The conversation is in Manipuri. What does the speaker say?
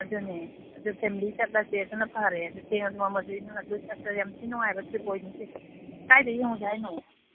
ꯑꯗꯨꯅꯦ ꯑꯗꯨ ꯐꯦꯝꯂꯤ ꯆꯠꯂꯁꯦ ꯑꯗꯨꯅ ꯐꯔꯦ ꯑꯗꯨ ꯊꯦꯡꯉꯁꯨ ꯃꯝꯃꯁꯨ ꯅꯪ ꯑꯗꯨ ꯑꯁ ꯌꯥꯝ ꯊꯤ ꯅꯨꯡꯉꯥꯏꯕ ꯇ꯭ꯔꯤꯞ ꯑꯣꯏꯅꯤꯁꯦ ꯀꯥꯏꯗ ꯌꯦꯡꯉꯨꯁꯦ ꯍꯥꯏꯅꯣ